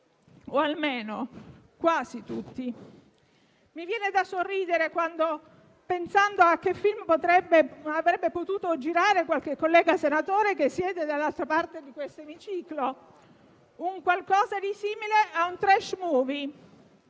(o, almeno, quasi tutti). Mi viene da sorridere, pensando a quale *film* avrebbe potuto girare qualche collega senatore che siede dall'altra parte dell'emiciclo: mi viene in mente un qualcosa di simile a un *trash movie*.